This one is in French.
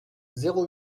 zéro